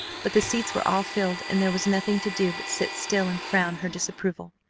but the seats were all filled and there was nothing to do but sit still and frown her disapproval.